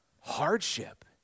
hardship